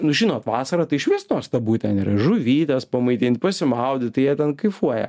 nu žinot vasarą tai išvis nuostabu ten ir žuvytes pamaitint pasimaudyt tai jie ten kaifuoja